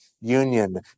union